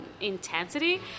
intensity